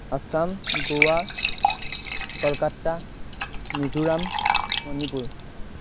Assam Goa Kolkata Mizoram Manipur